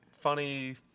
funny